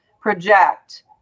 project